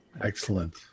Excellent